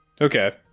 Okay